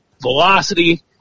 velocity